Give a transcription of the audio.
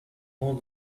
more